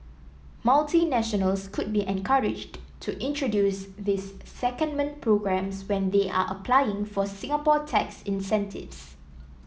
multinationals could be encouraged to introduce these secondment programmes when they are applying for Singapore tax incentives